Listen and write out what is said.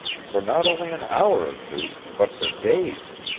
for not only an hour or two, but for days.